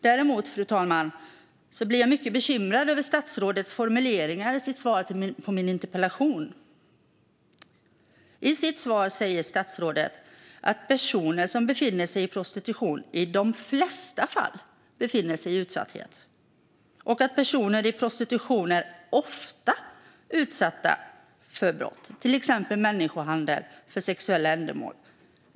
Däremot blir jag mycket bekymrad över statsrådets formuleringar i svaret på min interpellation, fru talman. I sitt svar säger statsrådet att personer som befinner sig i prostitution "i de flesta fall" befinner sig i utsatthet och att personer i prostitution "ofta" är utsatta för brott, "till exempel människohandel för sexuella ändamål".